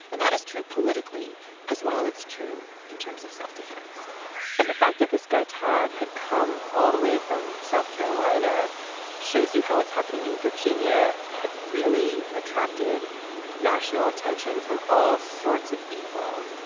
and that is true politically as well. that's true in terms of self-defense and the fact that this guy, todd, had come all the way from south carolina shows you how it's happening in virginia, had really attracted national attention from all sorts of people.